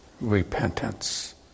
repentance